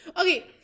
Okay